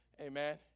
amen